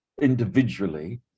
individually